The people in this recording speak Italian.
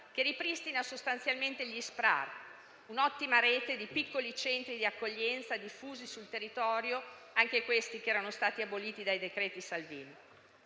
che ripristina sostanzialmente gli SPRAR, un'ottima rete di piccoli centri di accoglienza diffusi sul territorio che erano stati - anche questi - aboliti dai decreti Salvini.